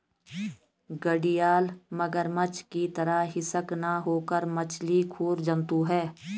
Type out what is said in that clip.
घड़ियाल मगरमच्छ की तरह हिंसक न होकर मछली खोर जंतु है